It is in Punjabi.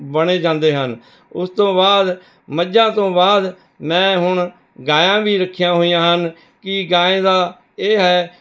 ਬਣੇ ਜਾਂਦੇ ਹਨ ਉਸ ਤੋਂ ਬਾਅਦ ਮੱਝਾਂ ਤੋਂ ਬਾਅਦ ਮੈਂ ਹੁਣ ਗਾਇਆਂ ਵੀ ਰੱਖੀਆਂ ਹੋਈਆਂ ਹਨ ਕਿ ਗਾਏਂ ਦਾ ਇਹ ਹੈ